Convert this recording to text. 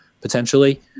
potentially